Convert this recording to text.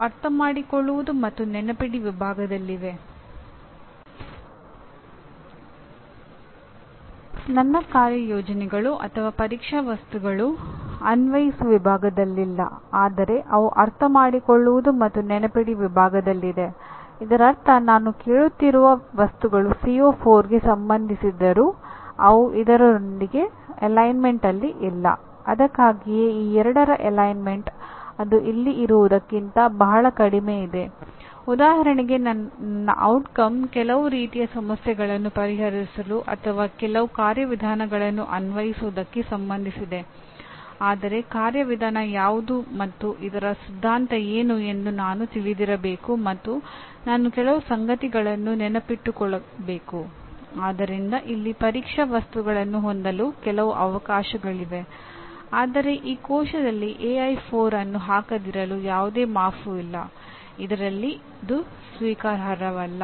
ಅದಕ್ಕಾಗಿಯೇಈ ಎರಡರ ಅಲೈನ್ಮೆಂಟ್ ಅನ್ನು ಹಾಕದಿರಲು ಯಾವುದೇ ಮಾಫು ಇಲ್ಲ ಇದರಲ್ಲಿ ಇದು ಸ್ವೀಕಾರಾರ್ಹವಲ್ಲ